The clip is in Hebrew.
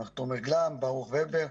מר תומר גלאם, ברוך ובר,